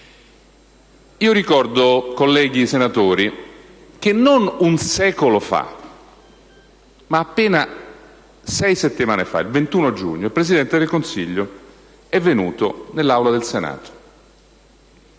Io ricordo, colleghi senatori, che non un secolo fa, ma appena sei settimane fa, il 21 giugno, il Presidente del Consiglio è venuto nell'Aula al Senato